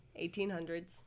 1800s